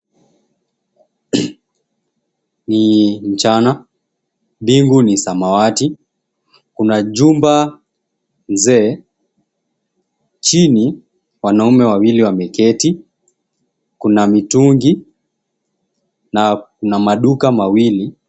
Ni mchana, mbingu ni samawati kuna jumba mzee chini wanaume wawili wameketi kuna mitungi na kuna maduka mawili.